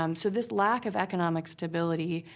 um so this lack of economic stability,